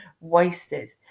wasted